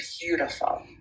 beautiful